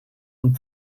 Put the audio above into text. und